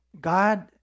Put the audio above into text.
God